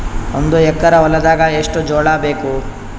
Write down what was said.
ಒಂದು ಎಕರ ಹೊಲದಾಗ ಎಷ್ಟು ಜೋಳಾಬೇಕು?